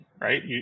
Right